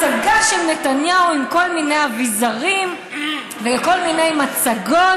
הצגה של נתניהו עם כל מיני אביזרים וכל מיני מצגות,